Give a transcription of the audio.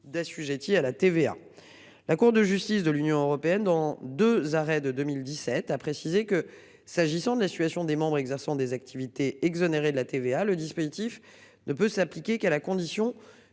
d'assujettis à la TVA. La Cour de justice de l'Union européenne dans 2 arrêts de 2017 a précisé que s'agissant de la situation des membres exerçant des activités exonérés de la TVA, le dispositif ne peut s'appliquer qu'à la condition